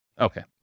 Okay